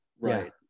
Right